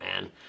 man